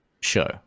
show